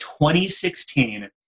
2016